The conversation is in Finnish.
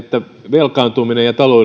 velkaantuminen ja taloudellinen